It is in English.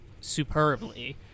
superbly